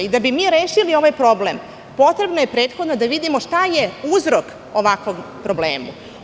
Da bi rešili ovaj problem potrebno je prethodno da vidimo šta je uzrok ovakvom problemu.